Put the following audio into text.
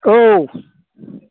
औ